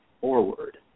forward